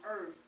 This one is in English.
earth